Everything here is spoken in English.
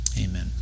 Amen